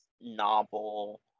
novel